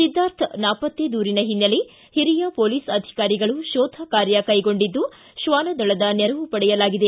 ಸಿದ್ದಾರ್ಥ ನಾಪತ್ತೆ ದೂರಿನ ಹಿನ್ನೆಲೆ ಹಿರಿಯ ಪೊಲೀಸ್ ಅಧಿಕಾರಿಗಳು ಶೋಧ ಕಾರ್ಯ ಕೈಗೊಂಡಿದ್ದು ಶ್ವಾನ ದಳದ ನೆರವು ಪಡೆಯಲಾಗಿದೆ